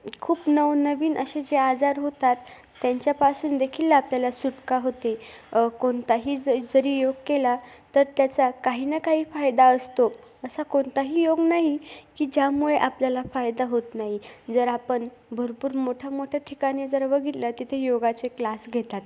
खूप नवनवीन असे जे आजार होतात त्यांच्यापासून देखील आपल्याला सुटका होते कोणताही जर जरी योग केला तर त्याचा काही ना काही फायदा असतो असा कोणताही योग नाही की ज्यामुळे आपल्याला फायदा होत नाही जर आपण भरपूर मोठ्यामोठ्या ठिकाणी जर बघितलं तिथे योगाचे क्लास घेतात